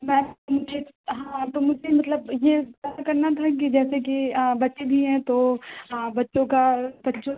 ma'am मुझे हाँ तो मुझे मतलब ये पता करना था कि ये जैसे की बच्चे भी हैं तो बच्चों का बच्चों